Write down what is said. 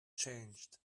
changed